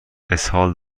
اسهال